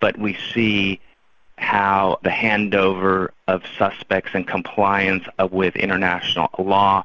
but we see how the hand-over of suspects and compliance ah with international law